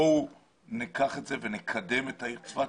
בואו ניקח את זה ונקדם את העיר צפת